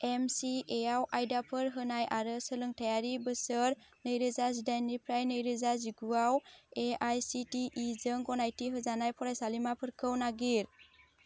M C A आव आयदाफोर होनाय आरो सोलोंथायारि बोसोर नैरोजा जिदाइननिफ्राय नैरोजा जिगुआव A I C T E जों गनायथि होजानाय फरायसालिमाफोरखौ नागिर